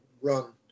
run